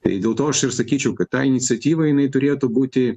tai dėl to aš ir sakyčiau kad ta iniciatyva jinai turėtų būti